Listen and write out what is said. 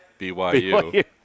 BYU